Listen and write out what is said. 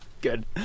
good